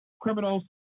criminals